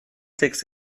tycks